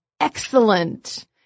excellent